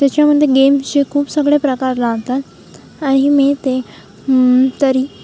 त्याच्यामध्ये गेमचे खूप सगळे प्रकार लागतात आणि मी ते तरी